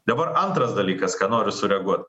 dabar antras dalykas ką noriu sureaguot